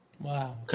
Wow